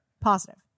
Positive